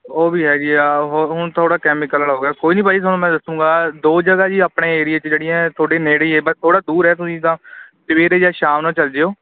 ਉਹ ਵੀ ਹੈਗੀ ਆ ਹੁਣ ਥੋੜ੍ਹਾਂ ਕੈਮੀਕਲ ਵਾਲਾ ਹੋ ਗਿਆ ਕੋਈ ਨਹੀਂ ਬਾਈ ਤੁਹਾਨੂੰ ਮੈਂ ਦੱਸੂੰਗਾ ਦੋ ਜਗ੍ਹਾ ਜੀ ਆਪਣੇ ਏਰੀਏ 'ਚ ਜਿਹੜੀਆਂ ਤੁਹਾਡੇ ਨੇੜੇ ਹੀ ਆ ਬਸ ਥੋੜ੍ਹਾਂ ਦੂਰ ਹੈ ਤੁਸੀਂ ਤਾਂ ਸਵੇਰੇ ਜਾਂ ਸ਼ਾਮ ਨੂੰ ਚੱਲ ਜਾਇਓ